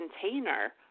container